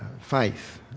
faith